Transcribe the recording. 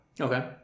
Okay